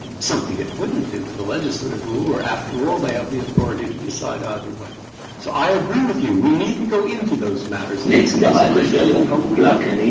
something it wouldn't do with a legislative rule, or after all, they have the authority to decide either way. so i agree with you. we needn't go into those matters in this case and i surely hope we don't.